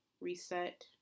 reset